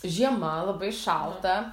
žiema labai šalta